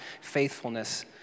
faithfulness